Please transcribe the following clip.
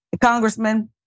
Congressman